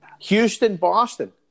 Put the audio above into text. Houston-Boston